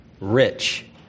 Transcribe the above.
rich